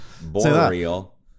boreal